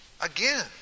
Again